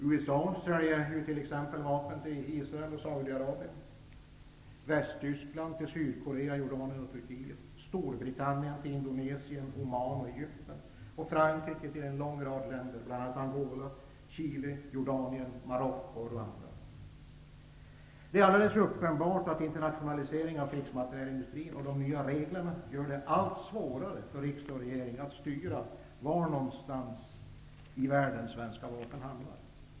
USA säljer ju t.ex. vapen till Israel och Saudiarabien, Frankrike till en lång rad länder, bl.a. Angola, Det är alldeles uppenbart att internationaliseringen av krigsmaterielindustrin och de nya reglerna gör det allt svårare för riksdag och regering att styra var någonstans i världen svenska vapen hamnar.